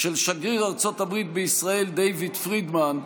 של שגריר ארצות הברית בישראל דייוויד פרידמן,